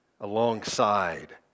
alongside